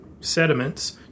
sediments